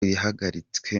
yahagaritswe